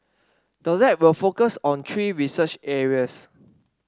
the lab will focus on three research areas